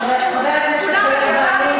חבר הכנסת זוהיר בהלול,